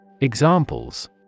Examples